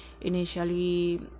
Initially